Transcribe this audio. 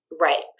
Right